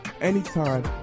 anytime